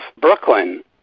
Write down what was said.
Brooklyn